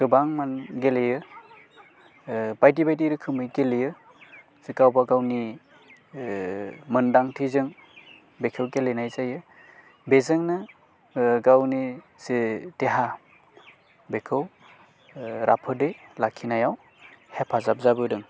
गोबां गेलेयो बायदि बायदि रोखोमै गेलेयो जे गावबा गावनि मोनदांथिजों बेखौ गेलेनाय जायो बेजोंनो गावनि जे देहा बेखौ राफोदै लाखिनायाव हेफाजाब जाबोदों